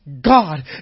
God